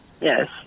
Yes